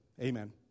Amen